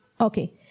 Okay